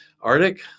Arctic